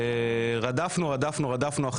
יום אחד אני פותח את "ידיעות אחרונות" והפלא ופלא אני